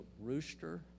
rooster